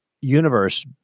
universe